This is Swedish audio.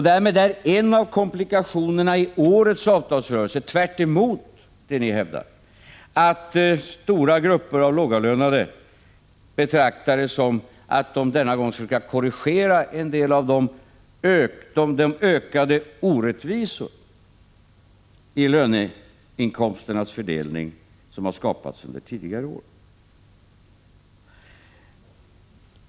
Därmed är en av komplikationerna i årets avtalsrörelse, tvärtemot det ni hävdar, att stora grupper av lågavlönade har den inställningen att de denna gång skall försöka korrigera en del av de ökade orättvisor i löneinkomsternas fördelning som har skapats under tidigare år.